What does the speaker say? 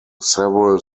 several